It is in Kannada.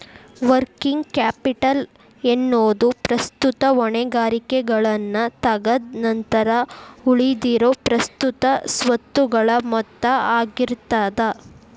ವರ್ಕಿಂಗ್ ಕ್ಯಾಪಿಟಲ್ ಎನ್ನೊದು ಪ್ರಸ್ತುತ ಹೊಣೆಗಾರಿಕೆಗಳನ್ನ ತಗದ್ ನಂತರ ಉಳಿದಿರೊ ಪ್ರಸ್ತುತ ಸ್ವತ್ತುಗಳ ಮೊತ್ತ ಆಗಿರ್ತದ